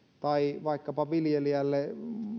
tai vaikkapa viljelijälle